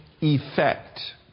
effect